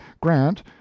Grant